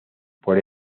por